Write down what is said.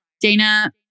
Dana